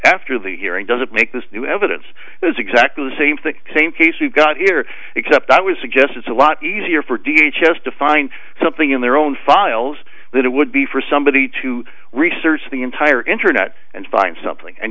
after the hearing doesn't make this new evidence is exactly the same thing same case you've got here except i was suggest it's a lot easier for d j s to find something in their own files that it would be for somebody to research the entire internet and find something and